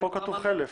כאן כתוב "חלף".